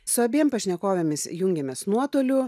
su abiem pašnekovėmis jungiamės nuotoliu